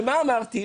ומה אמרתי?